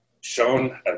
shown